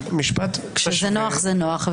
כשזה נוח זה נוח.